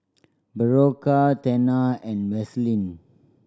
Berocca Tena and Vaselin